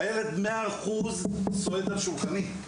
הילד ב-100 אחוזים סועד על שולחני.